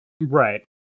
Right